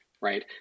right